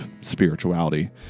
spirituality